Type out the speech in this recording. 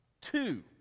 Two